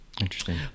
interesting